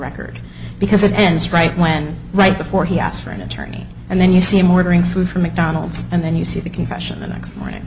record because it ends right when right before he asks for an attorney and then you see him ordering food from mcdonald's and then you see the confession the next